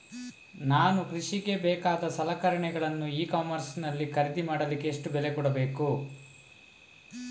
ನಾನು ಕೃಷಿಗೆ ಬೇಕಾದ ಸಲಕರಣೆಗಳನ್ನು ಇ ಕಾಮರ್ಸ್ ನಲ್ಲಿ ಖರೀದಿ ಮಾಡಲಿಕ್ಕೆ ಎಷ್ಟು ಬೆಲೆ ಕೊಡಬೇಕು?